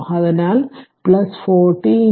അതിനാൽ 40 0